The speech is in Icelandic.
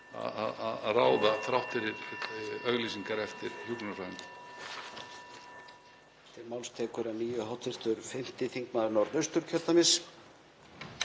að ráða, þrátt fyrir auglýsingar eftir hjúkrunarfræðingum.